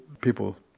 people